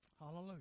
Hallelujah